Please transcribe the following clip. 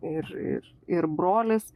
ir ir ir brolis